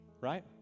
Right